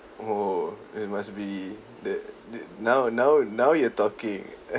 oh it must be that the now now now you're talking